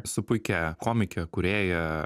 su puikia komike kūrėja